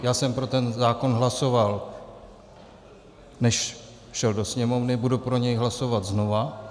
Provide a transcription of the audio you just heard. Já jsem pro ten zákon hlasoval, než šel do Sněmovny , a budu pro něj hlasovat znova.